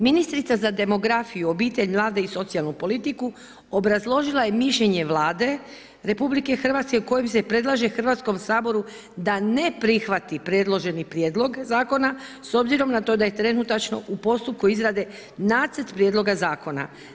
Ministrica za demografiju, obitelj, mlade i socijalnu politiku, obrazložila je mišljenje Vlade RH, kojom se predlaže Hrvatskom saboru, da ne prihvati predložene prijedloge zakone, s obzirom na to da je trenutačno u postupku izrade nacrt prijedloga zakona.